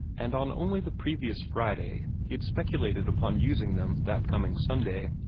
and on only the previous friday he had speculated upon using them that coming sunday.